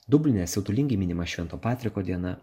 dubline siautulingai minima švento patriko diena